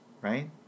right